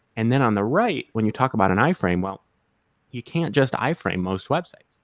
and then on the right, when you talk about an i-frame, well you can't just i-frame most websites,